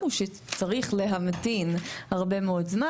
הוא שצריך להמתין הרבה מאוד זמן,